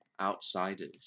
outsiders